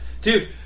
dude